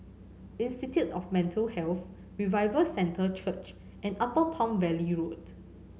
Institute of Mental Health Revival Centre Church and Upper Palm Valley Road